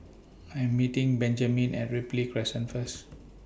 I Am meeting Benjamine At Ripley Crescent First